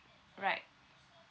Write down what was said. right